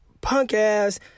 punk-ass